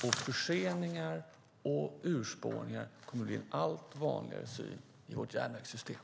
Och förseningar och urspårningar kommer att bli en allt vanligare syn i vårt järnvägssystem.